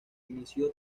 inició